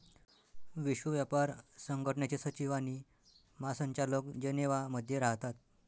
विश्व व्यापार संघटनेचे सचिव आणि महासंचालक जनेवा मध्ये राहतात